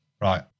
Right